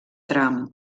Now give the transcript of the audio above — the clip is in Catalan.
tram